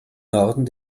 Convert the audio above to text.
norden